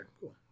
cool